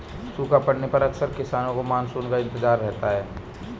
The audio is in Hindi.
सूखा पड़ने पर अक्सर किसानों को मानसून का इंतजार रहता है